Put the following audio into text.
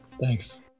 Thanks